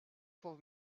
for